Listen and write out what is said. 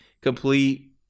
complete